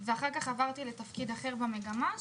ולאחר מכן עברתי לתפקיד אחר במגמה,